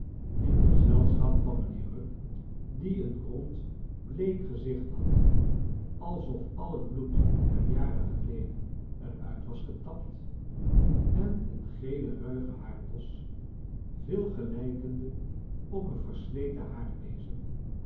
in gezelschap van mijnheer rugg die een rond bleek gezicht had als of al het bloed er jaren geleden er uit was afgetapt en een gelen ruigen haardos veel gelijkende op een versleten